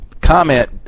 comment